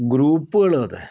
ഗ്രൂപ്പുകളും അതെ